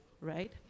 right